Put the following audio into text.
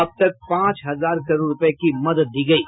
अब तक पांच हजार करोड़ रूपये की मदद दी गयी